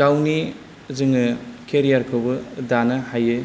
गावनि जोङो केरियारखौबो दानो हायो